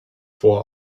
vor